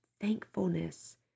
thankfulness